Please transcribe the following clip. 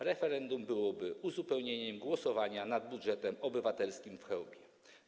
Referendum byłoby uzupełnieniem głosowania nad budżetem obywatelskim w Chełmie.